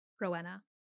Rowena